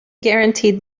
guaranteed